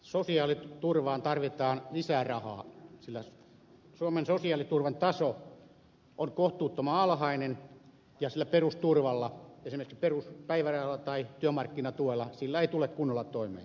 sosiaaliturvaan tarvitaan lisää rahaa sillä suomen sosiaaliturvan taso on kohtuuttoman alhainen ja sillä perusturvalla esimerkiksi peruspäivärahalla tai työmarkkinatuella ei tule kunnolla toimeen